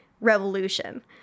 revolution